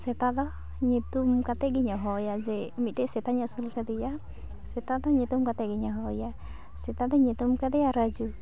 ᱥᱮᱛᱟᱫᱚ ᱧᱩᱛᱩᱢ ᱠᱟᱛᱮᱜᱮᱧ ᱚᱦᱚᱣᱟᱭᱟ ᱡᱮ ᱢᱤᱫᱴᱮᱡ ᱥᱮᱛᱟᱧ ᱟᱹᱥᱩᱞ ᱟᱠᱟᱫᱮᱭᱟ ᱥᱮᱛᱟᱫᱚ ᱧᱩᱛᱩᱢ ᱠᱟᱛᱮᱜᱮᱧ ᱚᱦᱚᱣᱟᱭᱟ ᱥᱮᱛᱟᱫᱚᱧ ᱧᱩᱛᱩᱢ ᱟᱠᱟᱫᱮᱭᱟ ᱨᱟᱡᱩ